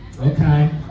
okay